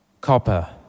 Copper